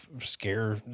Scare